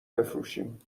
بفروشیم